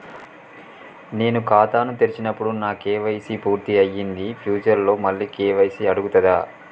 నేను ఖాతాను తెరిచినప్పుడు నా కే.వై.సీ పూర్తి అయ్యింది ఫ్యూచర్ లో మళ్ళీ కే.వై.సీ అడుగుతదా?